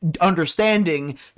understanding